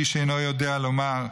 איש אינו יודע לומר,